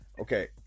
okay